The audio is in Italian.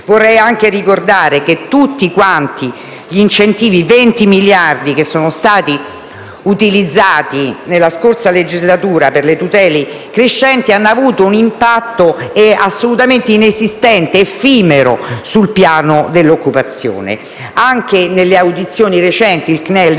Vorrei anche ricordare che tutti gli incentivi che sono stati utilizzati nella scorsa legislatura per le tutele crescenti (circa 20 miliardi) hanno avuto un impatto assolutamente inesistente, effimero sul piano dell'occupazione. Anche nelle audizioni recenti il CNEL